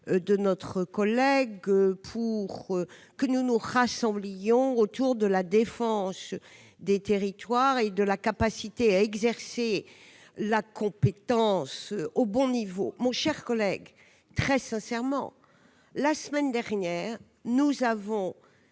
de notre collègue pour que nous nous rassemblions autour de la défense des territoires et de l'exercice de la compétence au bon niveau. Mon cher collègue, la semaine dernière, nous avons